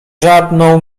żadną